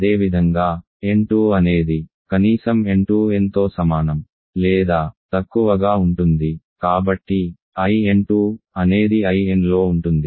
అదేవిధంగా n2 అనేది కనీసం n2 nతో సమానం లేదా తక్కువగా ఉంటుంది కాబట్టి In2 అనేది Inలో ఉంటుంది